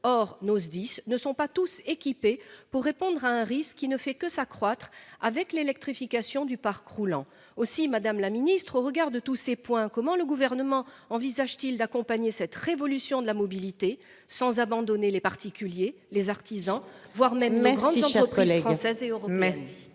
Or nos SDIS ne sont pas tous équipés pour répondre à un risque, il ne fait que s'accroître avec l'électrification du parc roulant aussi Madame la ministre au regard de tous ces points, comment le gouvernement envisage-t-il d'accompagner cette révolution de la mobilité sans abandonner les particuliers, les artisans, voire même un grand. Entrepreneur français et. Merci,